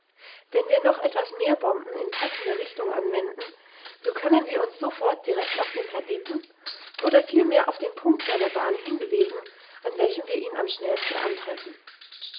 wenn wir noch etwas mehr bomben in passender richtung anwenden so können wir uns sofort direkt auf den planeten oder vielmehr auf den punkt seiner bahn hinbewegen an welchem wir ihn am schnellsten antreffen